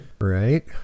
Right